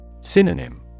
Synonym